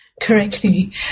correctly